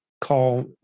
call